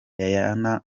diana